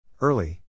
Early